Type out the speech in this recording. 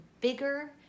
bigger